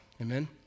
Amen